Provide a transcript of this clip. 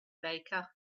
baker